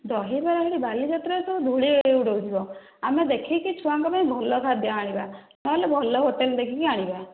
ଦହିବରାରେ ବାଲିଯାତ୍ରାରେ ଧୂଳି ଉଡ଼ଉଥିବ ଆମେ ଦେଖିକରି ଛୁଆଙ୍କ ପାଇଁ ଭଲ ଖାଦ୍ୟ ଆଣିବା ନ ହେଲେ ଭଲ ହୋଟେଲ ଦେଖିକରି ଆଣିବା